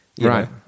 Right